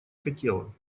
хотело